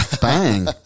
bang